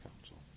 council